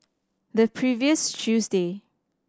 the previous tuesday